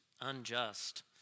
unjust